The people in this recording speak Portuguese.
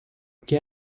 que